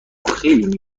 خیلی